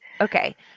Okay